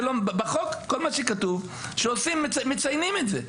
בחוק כל מה שכתוב, שמציינים את זה.